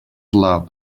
love